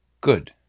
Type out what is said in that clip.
good